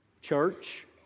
Church